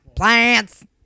Plants